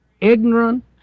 ignorant